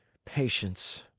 patience!